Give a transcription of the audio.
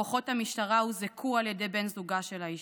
כוחות המשטרה הוזעקו על ידי בן זוגה של האישה,